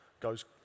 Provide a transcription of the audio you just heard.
goes